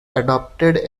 adapted